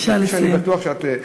כפי שאני בטוח שאת,